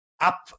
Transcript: Up